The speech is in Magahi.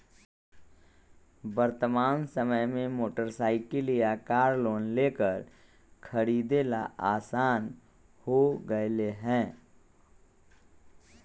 वर्तमान समय में मोटर साईकिल या कार लोन लेकर खरीदे ला आसान हो गयले है